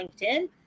LinkedIn